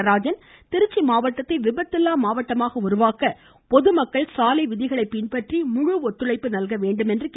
நடராஜன் திருச்சி மாவட்டத்தை விபத்தில்லா மாவட்டமாக உருவாக்க பொதுமக்கள் சாலை விதிகளை பின்பற்றி முழு ஒத்துழைப்பு நல்க வேண்டும் என கேட்டுக்கொண்டார்